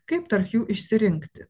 kaip tarp jų išsirinkti